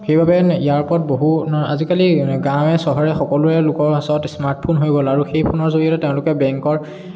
সেইবাবে ইয়াৰ ওপৰত বহু আজিকালি গাঁৱে চহৰে সকলোৱে লোকৰ ওচৰত স্মাৰ্টফোন হৈ গ'ল আৰু সেই ফোনৰ জৰিয়তে তেওঁলোকে বেংকৰ